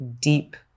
deep